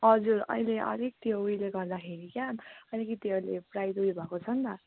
हजुर अहिले अलिक त्यो उयेल्ले गर्दाखेरि क्या अलिकति अहिले प्राइज उयो भएको छ नि त